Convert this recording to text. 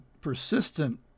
persistent